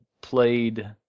played